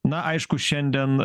na aišku šiandien